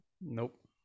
Nope